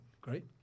Great